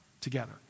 together